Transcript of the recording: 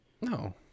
No